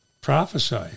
prophesy